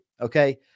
okay